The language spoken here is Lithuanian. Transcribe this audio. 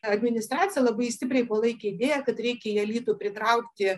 administracija labai stipriai palaikė idėją kad reikia į alytų pritraukti